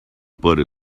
poorly